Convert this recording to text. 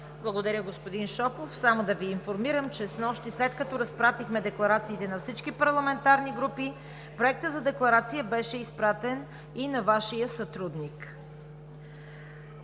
Благодаря, господин Шопов. Само да Ви информирам, че снощи, след като разпратихме декларациите на всички парламентарни групи, Проектът за декларация беше изпратен и на Вашия сътрудник.